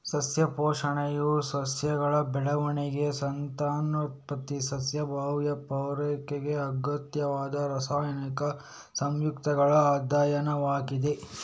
ಸಸ್ಯ ಪೋಷಣೆಯು ಸಸ್ಯಗಳ ಬೆಳವಣಿಗೆ, ಸಂತಾನೋತ್ಪತ್ತಿ, ಸಸ್ಯ ಬಾಹ್ಯ ಪೂರೈಕೆಗೆ ಅಗತ್ಯವಾದ ರಾಸಾಯನಿಕ ಸಂಯುಕ್ತಗಳ ಅಧ್ಯಯನವಾಗಿದೆ